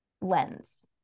lens